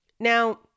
Now